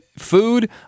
food